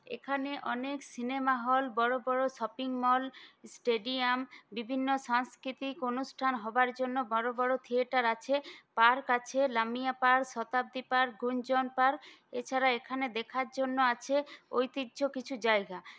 এখানে অনেক cinema hall বড় বড় শপিং মল স্টেডিয়াম বিভিন্ন সাংস্কৃতিক অনুষ্ঠান হওয়ার জন্য বড় বড় থিয়েটার আছে পার্ক আছে Lamia park Shatabdi park Gunjan park এছাড়া এখানে দেখার জন্য আছে ঐতিহ্য কিছু জায়গা